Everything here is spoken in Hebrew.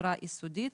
בצורה יסודית,